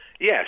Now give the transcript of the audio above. Yes